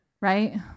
right